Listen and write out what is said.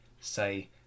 say